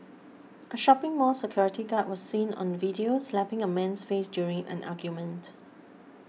a shopping mall security guard was seen on video slapping a man's face during an argument